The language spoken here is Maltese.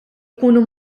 ikunu